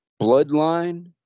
bloodline